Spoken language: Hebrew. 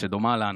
ודומה לנו.